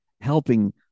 helping